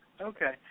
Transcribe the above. Okay